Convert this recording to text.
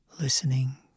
Listening